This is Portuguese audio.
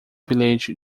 bilhete